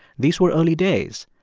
these were early days.